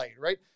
right